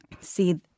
see